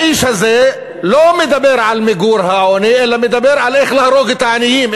האיש הזה לא מדבר על מיגור העוני אלא מדבר על איך להרוג את העניים,